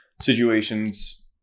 situations